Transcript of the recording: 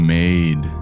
made